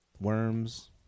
worms